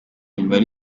mibare